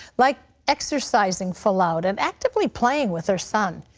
like exercising full out and actively playing with her son.